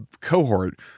cohort